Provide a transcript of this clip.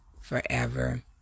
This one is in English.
forever